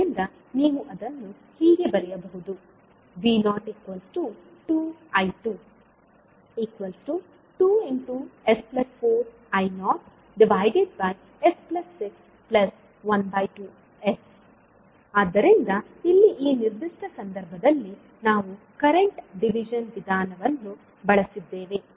ಆದ್ದರಿಂದ ನೀವು ಅದನ್ನು ಹೀಗೆ ಬರೆಯಬಹುದು V02I22s4I0s612s ಆದ್ದರಿಂದ ಇಲ್ಲಿ ಈ ನಿರ್ದಿಷ್ಟ ಸಂದರ್ಭದಲ್ಲಿ ನಾವು ಕರೆಂಟ್ ಡಿವಿಜನ್ ವಿಧಾನವನ್ನು ಬಳಸಿದ್ದೇವೆ